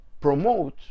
promote